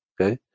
okay